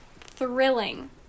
Thrilling